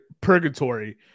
purgatory